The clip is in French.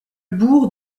bourg